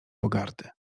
pogardy